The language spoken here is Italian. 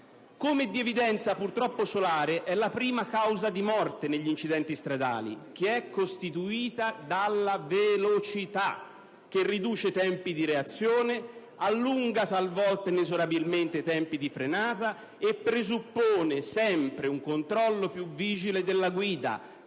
Di evidenza solare, purtroppo, è anche che la prima causa di morte negli incidenti stradali è costituita dalla velocità, che riduce i tempi di reazione, allunga talvolta inesorabilmente i tempi di frenata e presuppone sempre un controllo più vigile della guida,